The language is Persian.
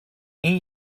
این